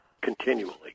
continually